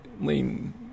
lean